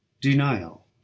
Denial